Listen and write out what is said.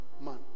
man